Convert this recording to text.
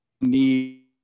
Need